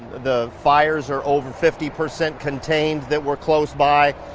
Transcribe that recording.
the fires are over fifty percent contained that were close by,